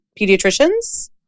Pediatricians